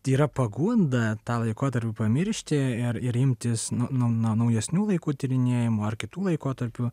yra pagunda tą laikotarpį pamiršti ir ir imtis nu na naujesnių laikų tyrinėjimų ar kitų laikotarpių